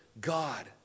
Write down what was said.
God